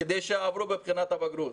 כדי שיעברו בבחינת הבגרות.